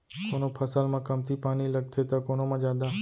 कोनो फसल म कमती पानी लगथे त कोनो म जादा